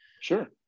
Sure